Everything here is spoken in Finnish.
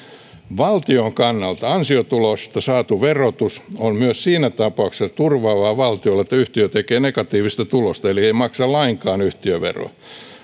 valtion kannalta ansiotulosta saatu verotus on myös siinä tapauksessa turvaava valtiolle että yhtiö tekee negatiivista tulosta eli ei maksa lainkaan yhtiöveroa